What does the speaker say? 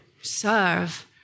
serve